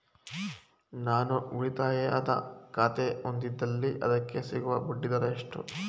ನಾನು ಉಳಿತಾಯ ಖಾತೆ ಹೊಂದಿದ್ದಲ್ಲಿ ಅದಕ್ಕೆ ಸಿಗುವ ಬಡ್ಡಿ ದರ ಎಷ್ಟು?